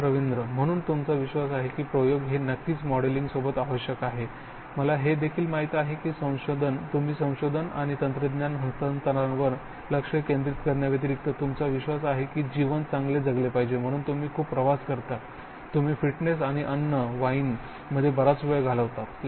professor Ravindra म्हणून तुमचा विश्वास आहे की प्रयोग हे नक्कीच मॉडेलिंग सोबत आवश्यक आहेत मला हे देखील माहित आहे की तुम्ही संशोधन आणि तंत्रज्ञान हस्तांतरणावर लक्ष केंद्रित करण्याव्यतिरिक्त तुमचा विश्वास आहे की जीवन चांगले जगले पाहिजे म्हणून तुम्ही खूप प्रवास करता तुम्ही फिटनेस आणि अन्न आणि वाइनमध्ये बराच वेळ घालवता